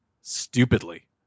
stupidly